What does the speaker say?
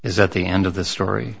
is at the end of the story